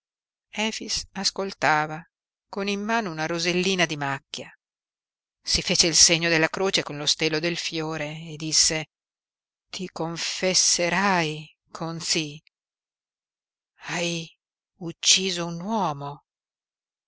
ascoltava con in mano una rosellina di macchia si fece il segno della croce con lo stelo del fiore e disse ti confesserai conzí hai ucciso un uomo